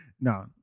No